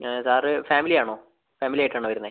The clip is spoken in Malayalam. സാറ് ഫാമിലി ആണോ ഫാമിലി ആയിട്ടാണോ വരുന്നത്